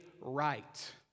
right